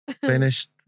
finished